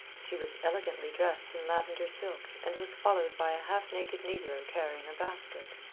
she was elegantly dressed in lavender silk and was followed by a half-naked negro carrying a basket.